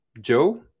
Joe